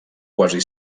quasi